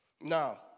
Now